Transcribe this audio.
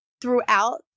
throughout